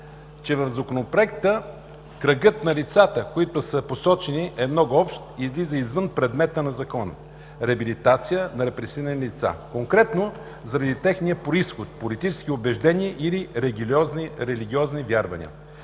че в Законопроекта кръгът на лицата, които са посочени, е много общ и излиза извън предмета на Закона – реабилитация на репресирани лица конкретно заради техния произход, политически убеждения или религиозни вярвания.